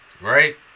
right